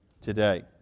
today